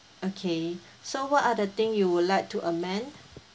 okay so what other thing you would like to amend